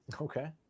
Okay